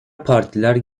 partiler